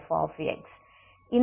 ux0fx